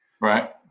Right